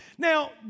Now